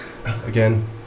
Again